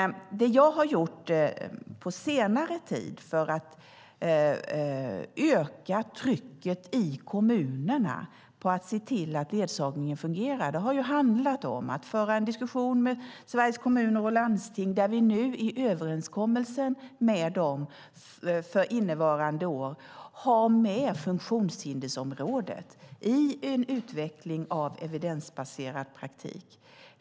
Det som jag har gjort på senare tid för att öka trycket på kommunerna att se till att ledsagningen fungerar har handlat om att föra en diskussion med Sveriges Kommuner och Landsting. I överenskommelsen med dem för innevarande år finns funktionshindersområdet med i en utveckling av evidensbaserad praktik.